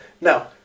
Now